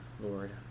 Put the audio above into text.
Lord